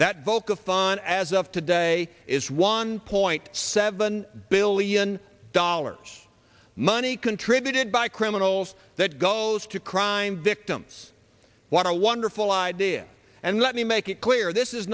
of fun as of today is one point seven billion dollars money contributed by criminals that goes to crime victims what a wonderful idea and let me make it clear this is